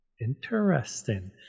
interesting